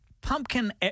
pumpkin